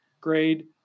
grade